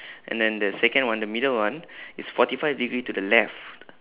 and then the second one the middle one is forty five degree to the left